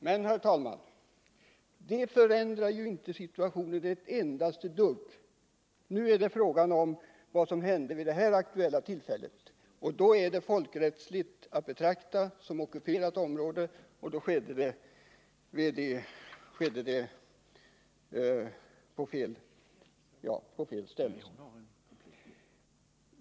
Men, herr talman, det förändrar inte situationen ett enda dugg. Nu är det fråga om vad som hände vid det aktuella tillfället. Folkrättsligt är området att betrakta som ockuperat, och då gjordes skogsplanteringen på fel ställe.